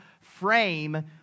frame